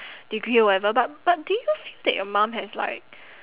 degree or whatever but but do you feel that your mum has like